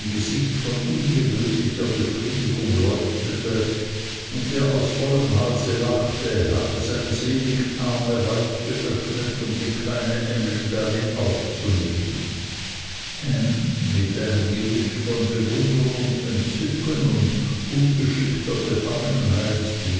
gesicht von ungewöhnlicher befriedigung leuchtete und der aus vollem halse lachte hatte seine sehnigen arme weit geöffnet um die kleine emly darin aufzunehmen ham mit einem gemisch von bewunderung entzücken und ungeschickter befangenheit die